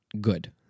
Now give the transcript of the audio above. good